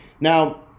now